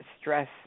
stress